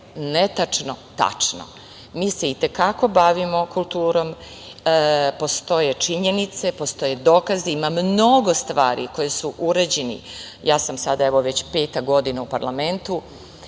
netačno tačno. Mi se i te kako bavimo kulturom. Postoje činjenice, postoje dokazi, ima mnogo stvari koje su urađene. Ja sam sada, evo već peta godina u parlamentu